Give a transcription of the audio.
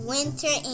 Winter